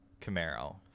Camaro